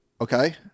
okay